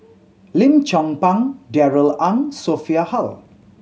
Lim Chong Pang Darrell Ang Sophia Hull